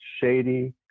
shady